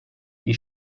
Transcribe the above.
bir